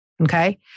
Okay